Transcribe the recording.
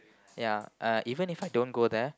ya uh even If I don't go there